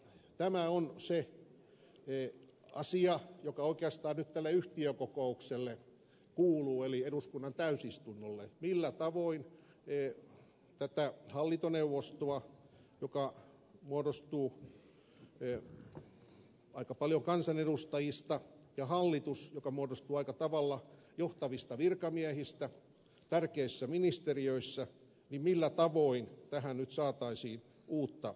tämä on se asia joka oikeastaan nyt tälle yhtiökokoukselle kuuluu eli eduskunnan täysistunnolle millä tavoin tähän hallintoneuvostoon joka muodostuu aika paljon kansanedustajista ja hallitukseen joka muodostuu aika tavalla johtavista virkamiehistä tärkeissä ministeriöissä nyt saataisiin uutta henkeä